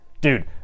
Dude